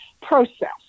process